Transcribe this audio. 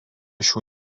šių